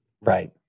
Right